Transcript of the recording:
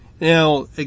Now